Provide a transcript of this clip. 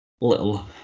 Little